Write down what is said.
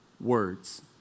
words